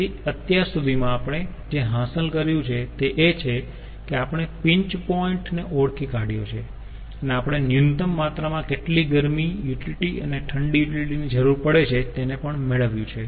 તેથી અત્યાર સુધીમાં આપણે જે હાંસલ કર્યું છે તે એ છે કે આપણે પીંચ પોઈન્ટ ને ઓળખી કાઢ્યો છે અને આપણે ન્યુનતમ માત્રામાં કેટલી ગરમ યુટીલીટી અને ઠંડી યુટીલીટી ની જરૂર પડે છે તેને પણ મેળવ્યું છે